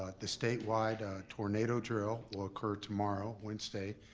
ah the statewide tornado drill will occur tomorrow, wednesday,